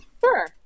Sure